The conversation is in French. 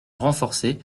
renforcer